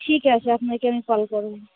ঠিক আছে আপনাকে আমি কল করবো